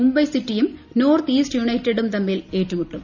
മുംബൈ സിറ്റിയും north east യുണൈറ്റഡും തമ്മിൽ ഏറ്റുമുട്ടും